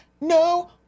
no